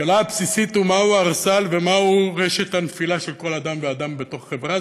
השאלה הבסיסית היא מהו הערסל ומהי רשת הנפילה של כל אדם ואדם בתוך חברה,